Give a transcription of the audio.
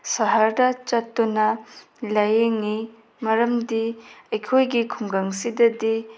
ꯁꯍ꯭ꯔꯗ ꯆꯠꯇꯨꯅ ꯂꯥꯏꯌꯦꯡꯉꯤ ꯃꯔꯝꯗꯤ ꯑꯩꯈꯣꯏꯒꯤ ꯈꯨꯡꯒꯪꯁꯤꯗꯗꯤ